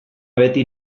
beti